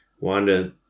wanda